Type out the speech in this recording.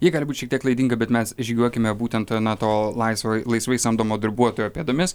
ji gali būt šiek tiek klaidinga bet mes žygiuokime būtent na to laisvo laisvai samdomo darbuotojo pėdomis